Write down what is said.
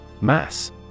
Mass